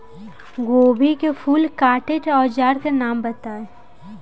गोभी के फूल काटे के औज़ार के नाम बताई?